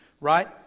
right